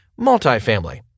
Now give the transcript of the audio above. multifamily